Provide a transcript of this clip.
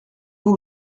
vous